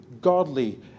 godly